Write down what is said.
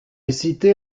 cité